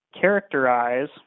characterize